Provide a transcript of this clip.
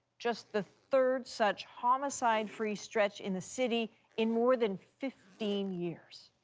just the third such homicide-free stretch in the city in more than fifteen years.